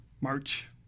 March